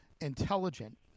intelligent